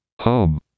Home